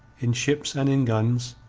in ships, and in guns,